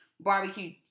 barbecue